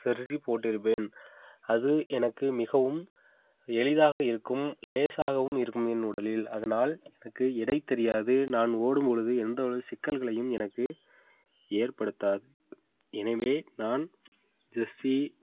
சர்ஜி போட்டுருப்பேன் அது எனக்கு மிகவும் எளிதாக இருக்கும் லேசாகவும் இருக்கும் என் உடலில் அதனால் எனக்கு எடை தெரியாது நான் ஓடும்பொழுது எந்த ஒரு சிக்கல்களையும் எனக்கு ஏற்படுத்தாது எனவே நான் ஜெஸ்சி